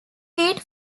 pete